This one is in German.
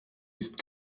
ist